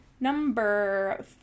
Number